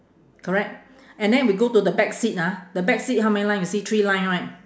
correct and then we go to the back seat ah the back seat how many line you see three line right